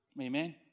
Amen